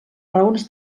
raons